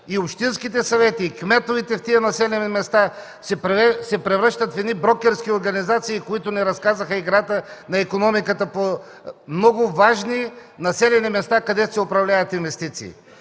и общинските съвети, и кметовете в тези населени места се превръщат в едни брокерски организации, които разказаха играта на икономиката ни в много важни населени места, където се управляват инвестиции.